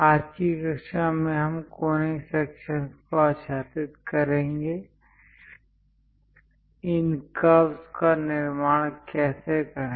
आज की कक्षा में हम कॉनिक सेक्शंस को आच्छादित करेंगे इन कर्वस् का निर्माण कैसे करें